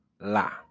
la